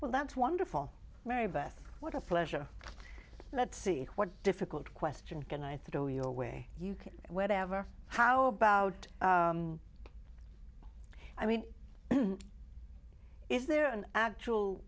well that's wonderful mary beth what a pleasure let's see what difficult question can i throw your way you can whatever how about i mean is there an actual